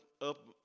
up